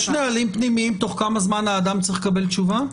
יש נהלים פנימיים תוך כמה זמן האדם צריך לקבל תשובה?